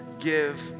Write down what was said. give